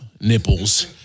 nipples